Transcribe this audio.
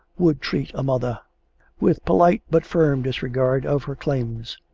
would treat a mother with polite but firm disregard of her claims.